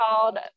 called